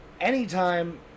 anytime